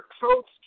coats